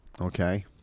Okay